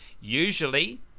Usually